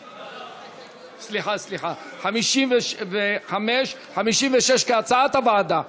סליחה, סליחה, 55 56, כהצעת הוועדה.